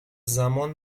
زمان